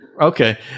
Okay